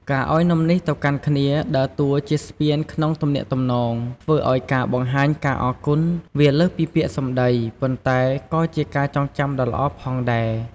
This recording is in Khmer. ការឱ្យនំំនេះទៅកាន់គ្នាដើរតួជាស្ពានក្នុងទំនាក់ទំនង ធ្វើឱ្យការបង្ហាញការអរគុណវាលើសពីពាក្យសម្ដី ប៉ុន្តែក៏ជាការចងចាំដ៏ល្អផងដែរ។